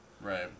Right